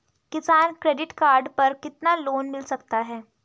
किसान credit card पर कितना लोंन मिल सकता है?